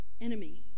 enemy